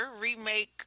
remake